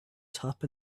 top